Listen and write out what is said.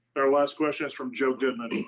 our last question is from joe goodman.